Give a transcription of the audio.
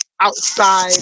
outside